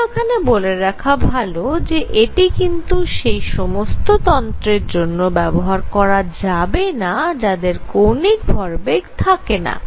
যদিও এখানে বলে রাখা ভাল যে এটি কিন্তু সেই সমস্ত তন্ত্রের জন্য ব্যবহার করা যাবেনা যাদের কৌণিক ভরবেগ থাকে না